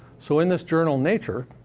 so in this journal nature,